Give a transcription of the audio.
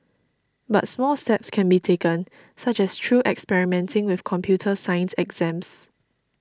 but small steps can be taken such as through experimenting with computer science exams